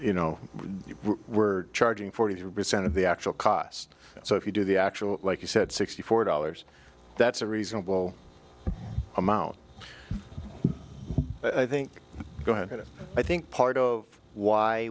you know we're charging forty two percent of the actual cost so if you do the actual like you said sixty four dollars that's a reasonable amount i think going to i think part of why